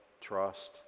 trust